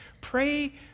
Pray